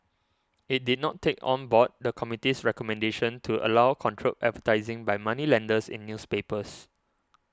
it did not take on board the committee's recommendation to allow controlled advertising by moneylenders in newspapers